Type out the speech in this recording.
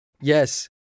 Yes